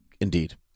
Indeed